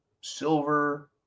silver